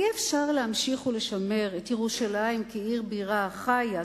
אי-אפשר להמשיך ולשמר את ירושלים כעיר בירה חיה,